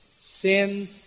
Sin